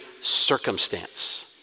circumstance